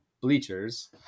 bleachers